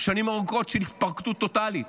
של התפרקות טוטלית.